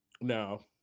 No